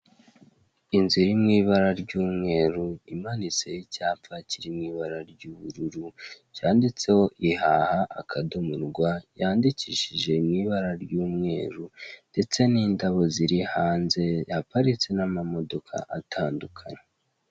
Inzu iri mu ibara ry'umweru imanitseho icyapa kiri mu ibara ry'ubururu, cyanditseho ihaha akadomo rwa. Yandikiahije mu ibara ry'umweru ndetse n'indabo ziri hanze, hapariste n'amamodoka atandukanye.